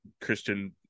Christian